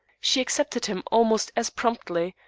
she accepted him almost as promptly,